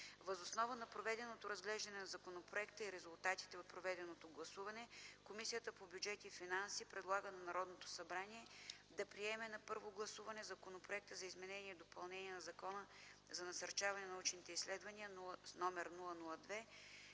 Въз основа на проведеното разглеждане на законопроекта и резултатите от проведеното гласуване, Комисията по бюджет и финанси предлага на Народното събрание да приеме на първо гласуване Законопроект за изменение и допълнение на Закона за насърчаване на научните изследвания, №